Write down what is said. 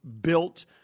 built